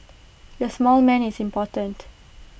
the small man is important